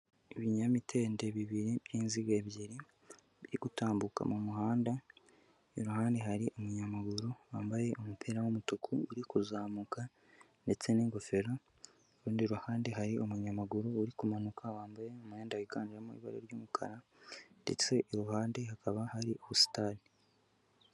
Ibinyamitende bibiri by'inziga ebyiri biri gutambuka mu muhanda, iruhande rwaho hari umunyamaguru wambaye umupira w'umutuku; uri kuzamuka ndetse n'ingofero, kurundi ruhande hari umunyamaguru uri kumanuka wambaye umwenda wiganjemo ibara ry'umukara ndetse iruhande hakaba hari ubusitani.